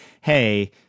hey